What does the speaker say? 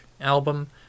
album